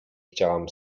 chciałam